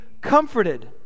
comforted